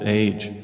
age